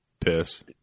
piss